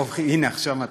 הנה, עכשיו מתחיל.